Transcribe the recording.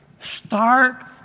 Start